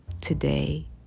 today